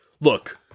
look